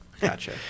Gotcha